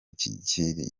kigira